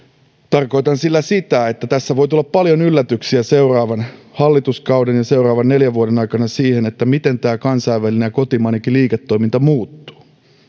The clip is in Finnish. tarkoitan sillä sitä että tässä voi tulla paljon yllätyksiä seuraavan hallituskauden ja seuraavan neljän vuoden aikana siihen miten kansainvälinen ja kotimainenkin liiketoiminta muuttuu